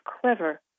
clever